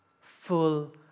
full